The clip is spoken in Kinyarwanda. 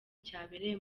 cyabereye